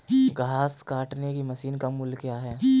घास काटने की मशीन का मूल्य क्या है?